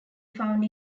found